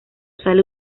sale